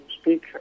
speak